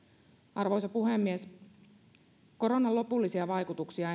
arvoisa puhemies koronan lopullisia vaikutuksia